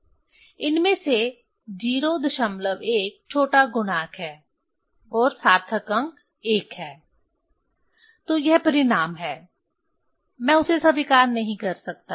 इनमें से 01 छोटा गुणांक है और सार्थक अंक 1 है तो यह परिणाम है मैं उसे स्वीकार नहीं कर सकता